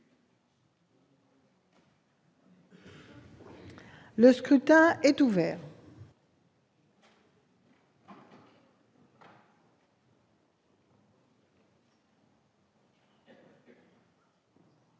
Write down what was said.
Le scrutin est ouvert.